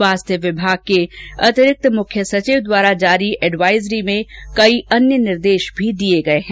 स्वास्थ्य विभाग के अंतिरिक्त मुख्य सचिव द्वारा जारी एडवाइजरी में कई अन्य निर्देश भी दिए गए हैं